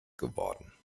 geworden